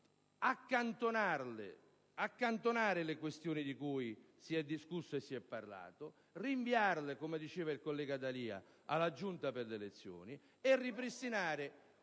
accantonare le questioni di cui si è discusso e si è parlato, rinviarle - come diceva il collega D'Alia - alla Giunta per il Regolamento e ripristinare